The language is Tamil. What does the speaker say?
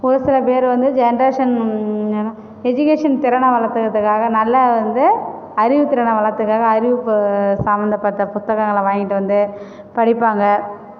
ஒரு சில பேர் வந்து ஜென்ரேஷன் எஜிகேஷன் திறனை வளர்த்துக்கிறதுக்காக நல்லா வந்து அறிவுத்திறனை வளர்த்துக்கிறதுக்காக அறிவு சம்பந்தப்பட்ட புஸ்தகங்களை வாங்கிட்டு வந்து படிப்பாங்க